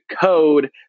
code